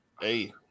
Hey